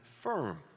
firm